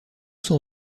son